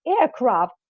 aircraft